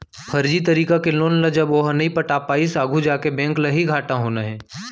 फरजी तरीका के लोन ल जब ओहा नइ पटा पाइस आघू जाके बेंक ल ही घाटा होना हे